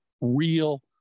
real